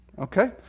Okay